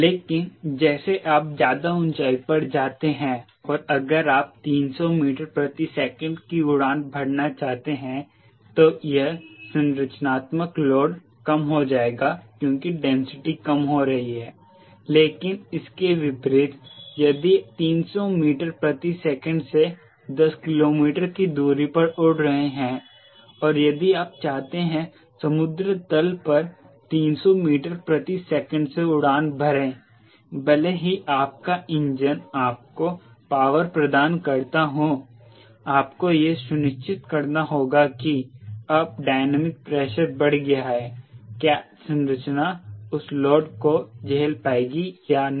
लेकिन जैसे आप ज्यादा ऊंचाई पर जाते हैं और अगर आप 300 मीटर प्रति सेकंड की उड़ान भरना चाहते हैं तो यह संरचनात्मक लोड कम हो जाएगा क्योंकि डेंसिटी कम हो रही है लेकिन इसके विपरीत यदि आप 300 मीटर प्रति सेकंड से 10 किलोमीटर की दूरी पर उड़ रहे हैं और यदि आप चाहते हैं समुद्र तल पर 300 मीटर प्रति सेकंड से उड़ान भरें भले ही आपका इंजन आपको पॉवर प्रदान करता हो आपको यह सुनिश्चित करना होगा कि अब डायनामिक प्रेशर बढ़ गया है क्या संरचना उस लोड को झेल पाएगी या नहीं